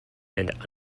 and